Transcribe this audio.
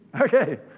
Okay